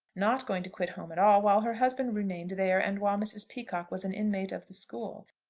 not going to quit home at all, while her husband remained there, and while mrs. peacocke was an inmate of the school.